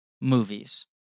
movies